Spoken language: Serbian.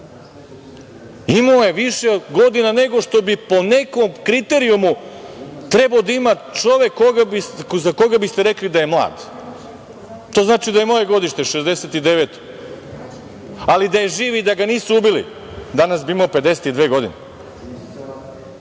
Imao je više godina nego što bi po nekom kriterijumu trebalo da ima čovek za koga biste rekli da je mlad. To znači da je moje godište, 1969. Ali, da je živ i da ga nisu ubili, danas bi imao 52 godine.